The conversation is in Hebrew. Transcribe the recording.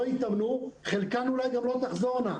יהיו לא מעט שחקניות שכתוצאה מכך שהן לא התאמנו הן לא תחזורנה.